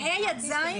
כיתות ה' עד ז',